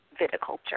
viticulture